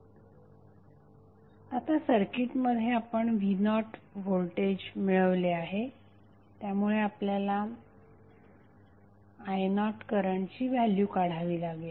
आता सर्किटमध्ये आपण v0व्होल्टेज मिळवले आहे त्यामुळे आपल्याला i0 करंटची व्हॅल्यु काढावी लागेल